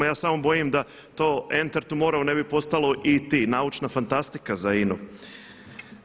Ja se samo bojim da to „Enter tomorrow“ ne bi postalo ET – naučna fantastika za INA-u.